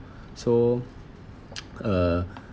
so uh